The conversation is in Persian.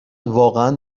واقعا